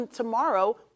tomorrow